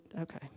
Okay